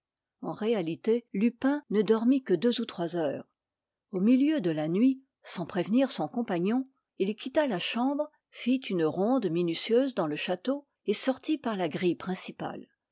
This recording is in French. en réalité lupin ne dormit que deux ou trois heures au milieu de la nuit sans prévenir son compagnon il quitta la chambre fit une ronde minutieuse dans le château et sortit par la grille principale